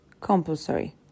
Compulsory